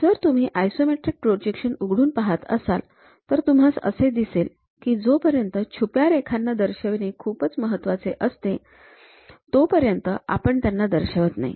जर तुम्ही isometric projection उघडून पाहत असाल तर तुम्हास असे दिसेल कि जोपर्यंत छुप्या रेखांना दर्शविणे खूपच महत्वाचे असत नाही तोपर्यंत आपण त्यांना दर्शवित नाही